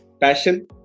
Passion